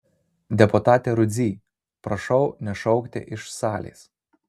deputate rudzy prašau nešaukti iš salės